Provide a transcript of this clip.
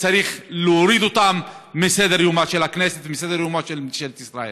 צריך להוריד אותן מסדר-יומה של הכנסת ומסדר-יומה של ממשלת ישראל.